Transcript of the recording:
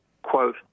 quote